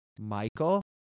Michael